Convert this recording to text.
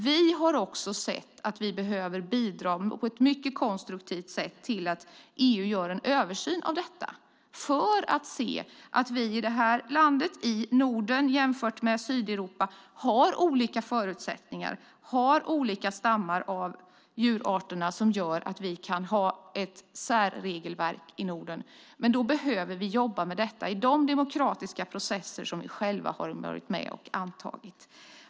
Vi har sett att vi behöver bidra på ett mycket konstruktivt sätt till att EU gör en översyn av detta. I Norden har vi andra förutsättningar än Sydeuropa och vi har andra stammar av djurarterna vilket gör att vi kan ha ett särregelverk i Norden. Vi behöver jobba med det i de demokratiska processer som vi har varit med och antagit.